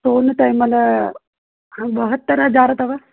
सोन त हिन महिल ॿहतरि हज़ार अथव